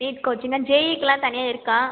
NEET கோச்சிங்கா ஜேஇக்குலாம் தனியாக இருக்கா